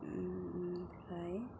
ओमफ्राय